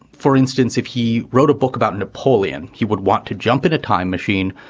for instance, if he wrote a book about napoleon, he would want to jump in a time machine,